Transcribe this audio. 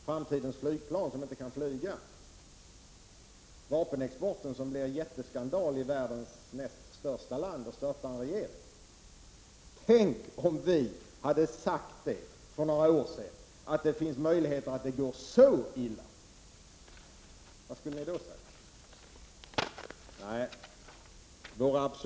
Framtidens flygplan som inte kan flyga, vapenexporten som blev en jätteskandal i världens näst största land och störtar en regering — tänk om vi för några år sedan hade sagt att det finns möjligheter att det går så illa! Vad skulle ni då ha sagt?